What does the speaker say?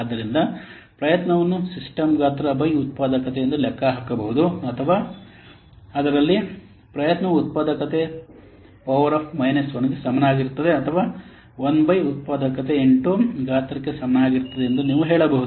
ಆದ್ದರಿಂದ ಪ್ರಯತ್ನವನ್ನು ಸಿಸ್ಟಮ್ ಗಾತ್ರ ಬೈ ಉತ್ಪಾದಕತೆ ಎಂದು ಲೆಕ್ಕಹಾಕಬಹುದು ಅಥವಾ ಅಥವಾ ಅದರಲ್ಲಿ ಪ್ರಯತ್ನವು ಉತ್ಪಾದಕತೆ ಪವರ್ ಆಫ್ ಮೈನಸ್ 1 ಗೆ ಸಮಾನವಾಗಿರುತ್ತದೆ ಅಥವಾ 1 ಬೈ ಉತ್ಪಾದಕತೆ ಇಂಟು ಗಾತ್ರಕ್ಕೆ ಸಮಾನವಾಗಿರುತ್ತದೆ ಎಂದು ನೀವು ಹೇಳಬಹುದು